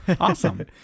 Awesome